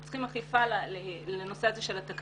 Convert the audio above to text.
אנחנו צריכים אכיפה לנושא הזה של התקנות,